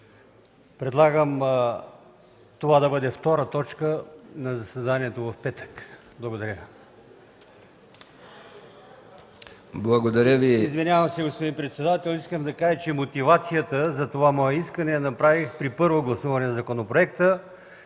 Предлагам това да бъде втора точка от дневния ред на заседанието в петък. Благодаря. Господин председател, искам да кажа, че мотивацията за това мое искане направих при първото гласуване на законопроекта.